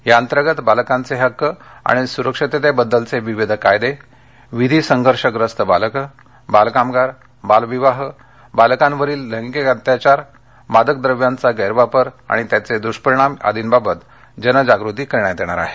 या सप्ताहातर्गत बालकांचे हक्क आणि सुरक्षिततेबाबतचे विविध कायदे विधी संघर्षग्रस्त बालकं बालकामगार बालविवाह बालकांवरील लैंगिक अत्याघार मादक द्रव्यांचा गैरवापर आणि त्याचे दृष्परिणाम आदींबाबत जनजागृती करण्यात येणार आहे